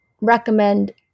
recommend